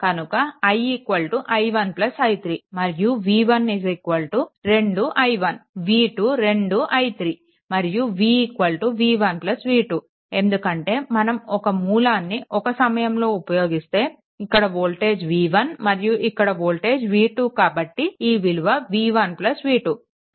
కనుక i i1 i3 మరియు v1 2 i1 v2 2 i3 మరియు v v1 v2 ఎందుకంటే మనం ఒక మూలాన్ని ఒక సమయంలో ఉపయోగిస్తే ఇక్కడ వోల్టేజ్ v1 మరియు ఇక్కడ వోల్టేజ్ v2 కాబట్టి ఈ విలువ v1 v2